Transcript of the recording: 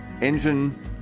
engine